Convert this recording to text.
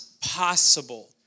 possible